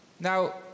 Now